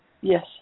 Yes